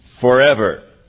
forever